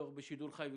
בשידור חי.